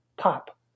pop